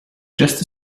just